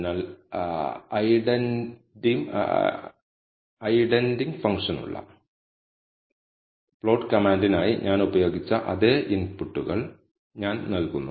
അതിനാൽ ഐഡന്റിഡ് ഫംഗ്ഷനുള്ള പ്ലോട്ട് കമാൻഡിനായി ഞാൻ ഉപയോഗിച്ച അതേ ഇൻപുട്ടുകൾ ഞാൻ നൽകുന്നു